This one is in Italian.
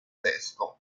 testo